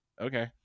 Okay